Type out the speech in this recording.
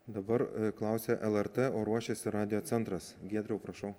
dabar klausia lrt o ruošiasi radijo centras giedriau prašau